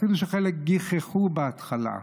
אפילו שחלק גיחכו בהתחלה: